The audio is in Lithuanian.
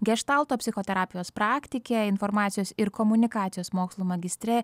geštalto psichoterapijos praktike informacijos ir komunikacijos mokslų magistre